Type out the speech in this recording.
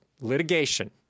litigation